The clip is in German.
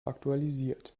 aktualisiert